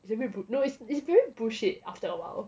it's a bit bull~ no it's it's very bullshit after a while